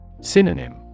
Synonym